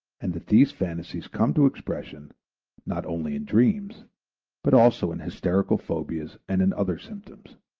and that these phantasies come to expression not only in dreams but also in hysterical phobias and in other symptoms.